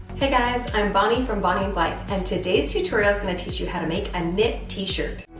hey guys, i'm bonnie from bonnie and blithe and today's tutorial is going to teach you how to make a knit t-shirt